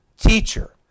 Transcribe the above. Teacher